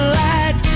light